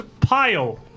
pile